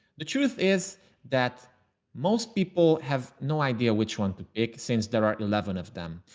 the truth is that most people have no idea which one to make sense. there are eleven of them.